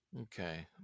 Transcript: Okay